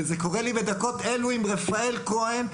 וזה קורה לי בדקות אלה עם רפאל כהן,